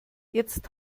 jetzt